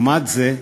לעומת זה,